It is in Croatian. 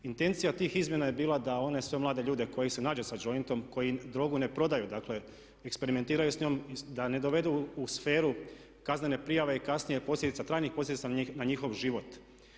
Intencija tih izmjena je bila da one sve mlade ljude koje se nađe sa jointom koji drogu ne prodaju, dakle eksperimentiraju s njom, da ne dovedu u sferu kaznene prijave i kasnije trajnih posljedica na njihov život.